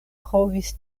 provis